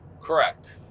Correct